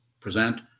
present